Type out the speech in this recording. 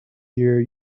here